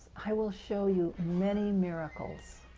i will show you many miracles,